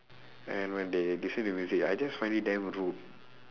and when they listen to music I just find it damn rude